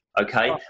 okay